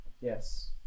Yes